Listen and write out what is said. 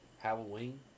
Halloween